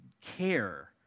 care